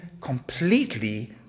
completely